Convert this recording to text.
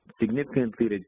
significantly